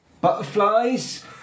Butterflies